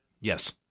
Yes